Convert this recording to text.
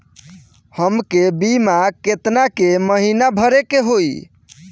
हमके बीमा केतना के महीना भरे के होई?